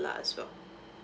as well